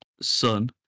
son